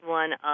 one